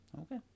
Okay